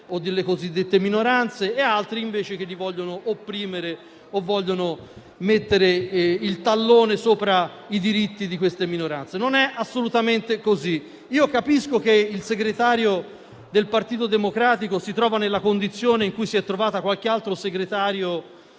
delle cosiddette minoranze e chi invece le vuole opprimere o mettere il tallone sopra i loro diritti. Non è assolutamente così! Capisco che il segretario del Partito Democratico si trovi nella condizione in cui si è trovato qualche altro segretario